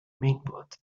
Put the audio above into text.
mainboards